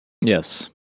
Yes